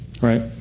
Right